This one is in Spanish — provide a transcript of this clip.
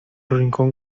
rincón